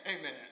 Amen